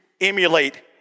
emulate